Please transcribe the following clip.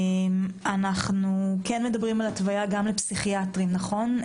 אנחנו מדברים על התוויה גם לפסיכיאטרים, נכון?